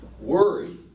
Worry